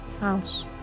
house